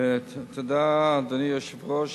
אדוני היושב-ראש,